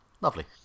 lovely